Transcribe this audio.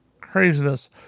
craziness